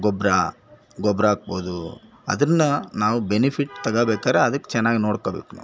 ಗೊಬ್ಬರ ಗೊಬ್ಬರ ಹಾಕ್ಬೋದು ಅದನ್ನು ನಾವು ಬೆನಿಫಿಟ್ ತಗೋಬೇಕಾರೆ ಅದಕ್ಕೆ ಚೆನ್ನಾಗ್ ನೋಡ್ಕೊಬೇಕು ನಾವು